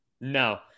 No